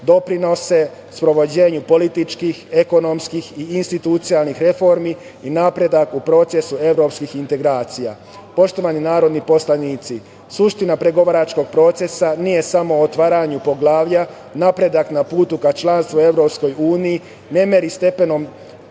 doprinose sprovođenju političkih, ekonomskih i institucionalnih reformi i napretku procesa evropskih integracija. Poštovani narodni poslanici, suština pregovaračkog procesa nije samo otvaranje poglavlja, napredak na putu ka članstvu EU ne meri stepenom